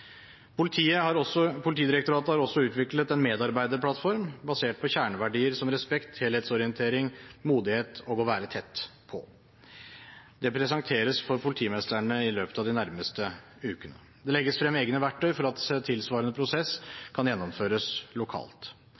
Politidirektoratet har også utviklet en medarbeiderplattform basert på kjerneverdier som respekt, helhetsorientering, modighet og å være tett på. Det presenteres for politimestrene i løpet av de nærmeste ukene. Det legges frem egne verktøy for at tilsvarende prosess kan gjennomføres lokalt.